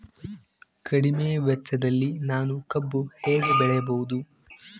ಕಡಿಮೆ ವೆಚ್ಚದಲ್ಲಿ ನಾನು ಕಬ್ಬು ಹೇಗೆ ಬೆಳೆಯಬಹುದು?